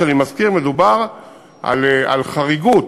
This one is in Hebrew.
רק שאני מזכיר: מדובר על חריגות.